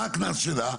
מה הקנס שלה?